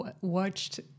watched